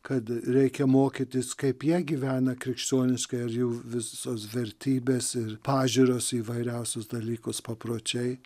kad reikia mokytis kaip jie gyvena krikščioniškai ir jau visos vertybės ir pažiūros įvairiausius dalykus papročiai